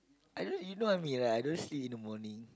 I know you know I'm here lah I don't sleep in the morning